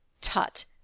Tut